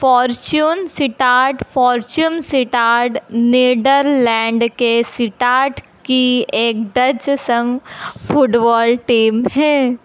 Fortune Sittard Fortune Sittard Netherlands के Sittard की एक डच संघ फुटबॉल टीम है